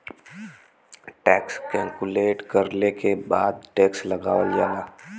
tax calculate करले के बाद टैक्स लगावल जाला